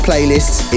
Playlists